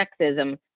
sexism